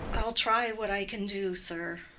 i'll try what i can do, sir.